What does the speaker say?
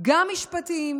גם משפטיים,